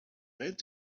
that